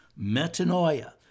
metanoia